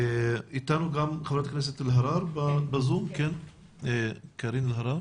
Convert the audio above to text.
אתנו בזום גם חברת הכנסת קארין אלהרר.